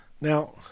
Now